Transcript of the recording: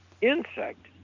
insect